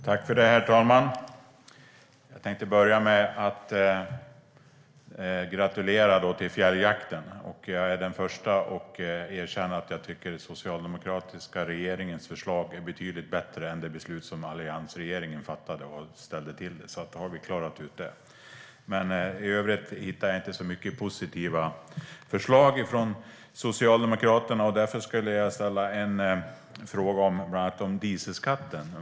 Herr talman! Jag tänkte börja med att gratulera till detta med fjälljakten. Jag är den förste att erkänna att jag tycker att den socialdemokratiska regeringens förslag är betydligt bättre än det beslut som alliansregeringen fattade, som ju ställde till det. Då har vi klarat ut det. I övrigt hittar jag inte mycket positiva förslag från Socialdemokraterna. Därför vill jag ställa en fråga om dieselskatten.